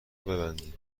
ببندید